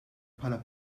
bħala